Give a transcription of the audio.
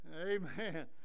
amen